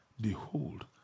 behold